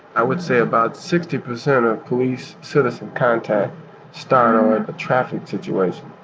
i would say about sixty percent of police-citizen contact start on a traffic situation.